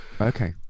okay